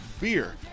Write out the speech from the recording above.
beer